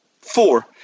Four